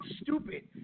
stupid